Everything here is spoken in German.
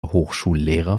hochschullehrer